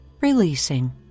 releasing